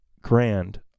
grand